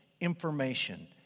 information